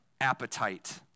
appetite